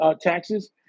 taxes